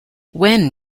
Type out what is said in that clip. when